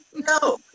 no